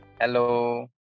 hello